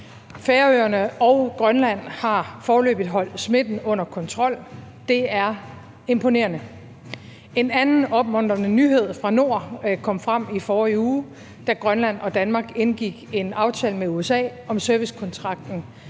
Færøerne og Grønland har foreløbig holdt smitten under kontrol. Det er imponerende. En anden opmuntrende nyhed fra nord kom frem i forrige uge, da Grønland og Danmark indgik en aftale med USA om servicekontrakten